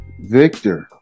Victor